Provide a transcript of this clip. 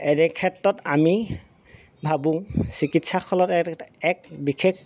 এনেক্ষেত্ৰত আমি ভাৱো চিকিৎসালয়ত এক বিশেষ